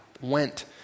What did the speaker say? went